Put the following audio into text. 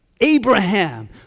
Abraham